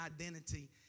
identity